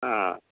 ஆ